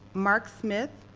mark smith,